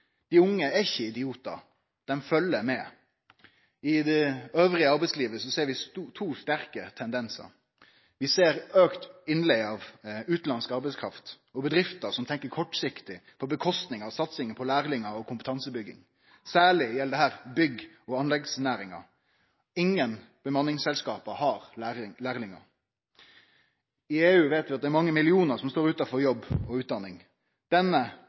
arbeidslivet elles ser vi to sterke tendensar. Vi ser auka innleige av utanlandsk arbeidskraft og bedrifter som tenkjer kortsiktig, og dermed lèt det gå utover satsinga på lærlingar og kompetansebygging. Særlig gjeld dette bygg- og anleggsnæringa. Ingen bemanningsselskap har lærlingar. I EU veit vi at det er mange millionar som står utanfor jobb og utdanning. Denne